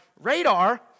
radar